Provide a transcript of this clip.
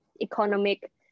economic